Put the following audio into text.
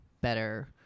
better